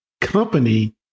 company